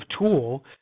tool